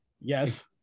Yes